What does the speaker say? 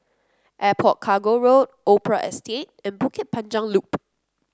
Airport Cargo Road Opera Estate and Bukit Panjang Loop